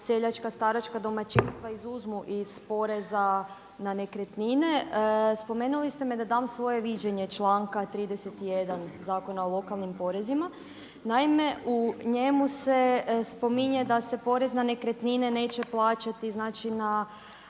seljačka staračka domaćinstva izuzmu iz poreza na nekretnine. Spomenuli ste me da dam svoje viđenje članka 31. Zakona o lokalnim porezima. Naime, u njemu se spominje da se porez na nekretnine neće plaćati,